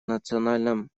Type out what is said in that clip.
национальном